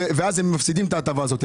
ואז הם מפסידים את ההטבה הזאת.